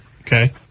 Okay